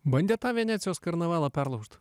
bandėt tą venecijos karnavalą perlaužt